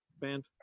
band